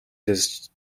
this